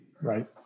Right